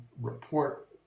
report